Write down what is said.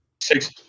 Six